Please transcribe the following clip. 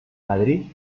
madrid